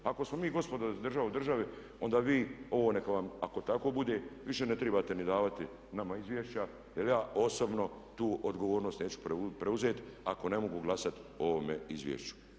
Ako smo mi gospodo država u državi onda vi ovo neka vam, ako tako bude više ne trebate ni davati nama izvješća jer ja osobno tu odgovornost neću preuzeti ako ne mogu glasati o ovome izvješću.